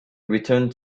returned